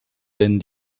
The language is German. denn